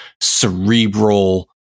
cerebral